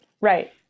right